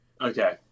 Okay